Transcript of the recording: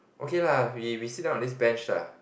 okay lah we we sit down on this bench lah